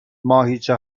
ماهیچه